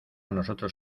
nosotros